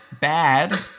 bad